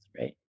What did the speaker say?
right